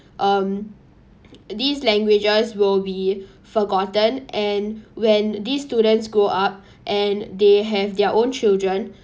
um these languages will be forgotten and when these students grow up and they have their own children